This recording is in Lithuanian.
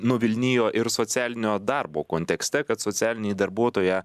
nuvilnijo ir socialinio darbo kontekste kad socialiniai darbuotoja